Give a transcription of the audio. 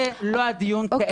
זה לא הדיון כעת.